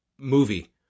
movie